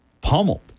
pummeled